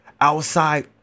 outside